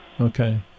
Okay